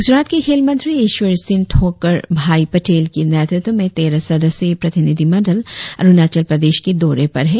गुजरात के खेल मंत्री ईश्वरसिन थाकोरभाई पटेल की नेतृत्व में तेरह सदस्यीय प्रतिनिधिमंडल अरुणाचल प्रदेश के दौरे पर है